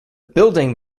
building